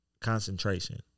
concentration